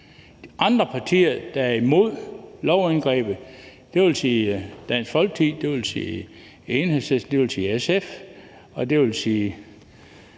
andre partier, der er imod lovindgrebet – dvs. Dansk Folkeparti, Enhedslisten, SF, og